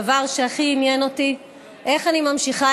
הדבר שהכי עניין אותי הוא איך אני ממשיכה